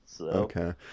Okay